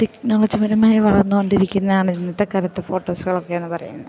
ടെക്നോളജിപരമായി വളർന്നു കൊണ്ടിരിക്കുന്നതാണ് ഇന്നത്തെ കാലത്ത് ഫോട്ടോസുകളൊക്കെയെന്നു പറയുന്നത്